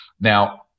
Now